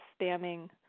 spamming